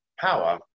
power